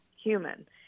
human